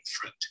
fruit